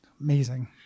Amazing